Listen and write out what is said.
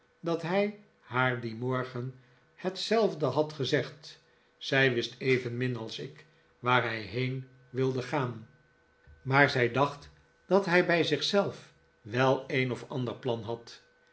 dat hij haar dien morgen hetzelfde had gezegd zii wist evenmin als ik waar hij heen wilde gaan maar zij dacht dat hij bij zichzelf wel een of ander plan had